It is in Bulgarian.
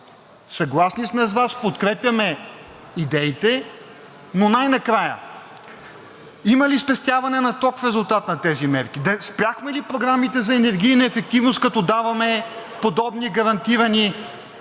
съгласни сме с Вас, подкрепяме идеите, но най-накрая има ли спестяване на ток в резултат на тези мерки? Спряхме ли програмите за енергийна ефективност, като даваме подобни гарантирани компенсации